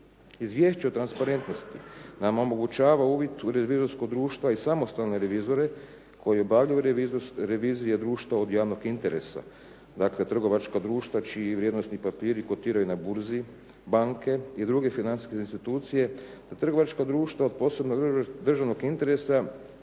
Izvješće o transparentnosti nam omogućava uvid u revizorska društva i samostalne revizore koji obavljaju revizije društva od javnog interesa, dakle trgovačka društva čiji vrijednosni papiri kotiraju na burzi, banke i druge financijske institucije te trgovačka društva od posebnog državnog interesa